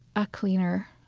a cleaner,